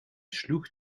sloeg